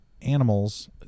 animals